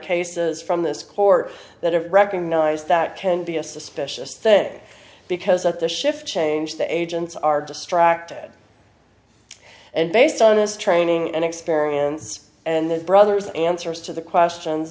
cases from this court that have recognised that can be a suspicious thing because at the shift change the agents are distracted and based on this training and experience and his brother's answers to the questions